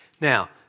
Now